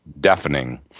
deafening